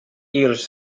eles